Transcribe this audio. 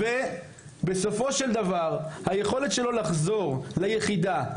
ובסופו של דבר היכולת שלו לחזור ליחידה,